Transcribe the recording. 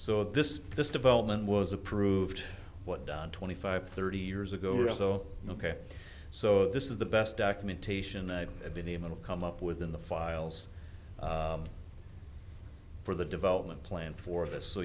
so this this development was approved what done twenty five thirty years ago or so ok so this is the best documentation i've been able to come up with in the files for the development plan for this so